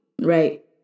right